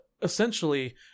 essentially